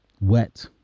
wet